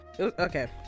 Okay